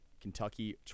Kentucky